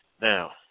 Now